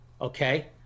Okay